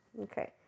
Okay